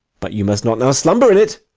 but you must not now slumber in it.